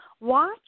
watch